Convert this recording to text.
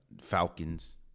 Falcons